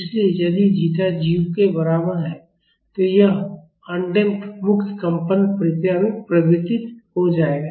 इसलिए यदि जीटा 0 के बराबर है तो यह अन्देंप्त मुक्त कंपन प्रतिक्रिया में परिवर्तित हो जाएगा